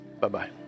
Bye-bye